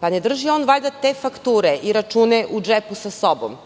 Pa ne drži on valjda te fakture i račune u džepu sa sobom,